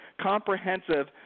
comprehensive